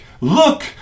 look